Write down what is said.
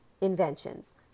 inventions